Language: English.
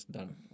Done